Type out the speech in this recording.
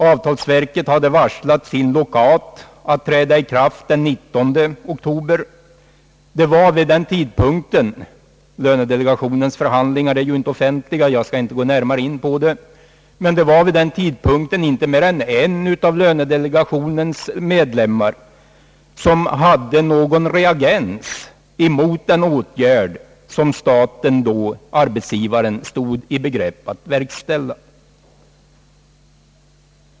Avtalsverket hade varslat sin lockout att träda i kraft den 19 oktober. Lönedelegationens förhandlingar är ju inte offentliga, och jag skall inte gå närmare in på dem, men vid denna tidpunkt var det inte mer än en av delegationens medlemmar som hade någon reagens mot den åtgärd staten-arbetsgivaren då stod i begrepp att verkställa.